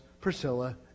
Priscilla